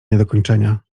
niedokończenia